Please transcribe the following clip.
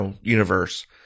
universe